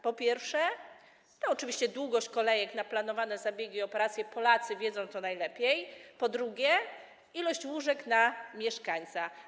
Po pierwsze, chodzi oczywiście o długość kolejek na planowane zabiegi i operacje - Polacy wiedzą to najlepiej - po drugie, jest to liczba łóżek na mieszkańca.